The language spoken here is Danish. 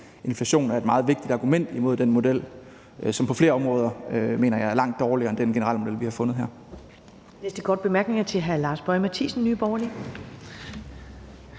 inflationen er et meget vigtigt argument imod den model, som på flere områder, mener jeg, er langt dårligere end den generelle model, vi har fundet her.